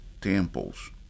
temples